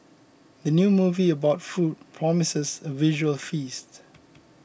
the new movie about food promises a visual feast